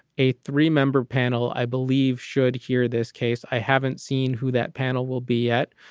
a three member panel, i believe, should hear this case. i haven't seen who that panel will be at.